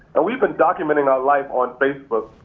and we've been documenting our life on facebook.